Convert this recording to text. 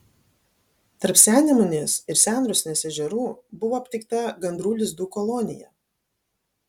tarp sennemunės ir senrusnės ežerų buvo aptikta gandrų lizdų kolonija